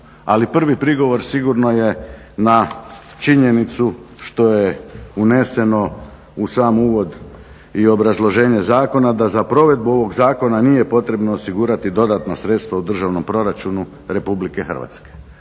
Ali prigovor sigurno je na činjenicu što je uneseno u sam uvod i obrazloženje zakona da za provedbu ovog zakona nije potrebno osigurati dodatno sredstvo u Državnom proračunu RH.